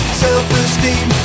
self-esteem